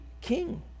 king